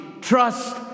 trust